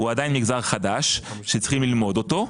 עדיין חדש שיש ללמוד אותו.